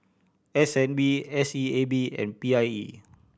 S N B S E A B and P I E